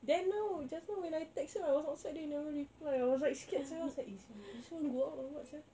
then now just now when I text you I was outside then you never reply I was like scared sia I was like eh sia this [one] go out or what sia